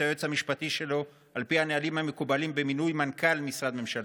היועץ המשפטי שלו על פי הנהלים המקובלים במינוי מנכ"ל משרד ממשלתי.